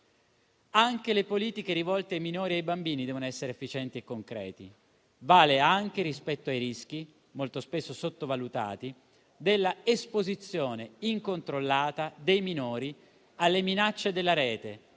Anche le politiche rivolte ai minori e ai bambini devono essere efficienti e concrete. Vale anche rispetto ai rischi, molto spesso sottovalutati, dell'esposizione incontrollata dei minori alle minacce della rete,